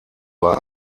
war